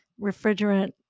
refrigerant